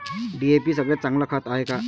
DAP सगळ्यात चांगलं खत हाये का?